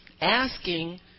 asking